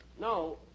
No